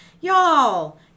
y'all